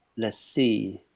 let's see.